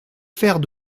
faire